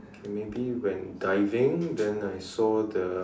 maybe when diving then I saw the